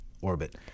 orbit